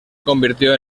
convirtió